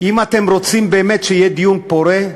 אם אתם רוצים באמת שיהיה דיון פורה,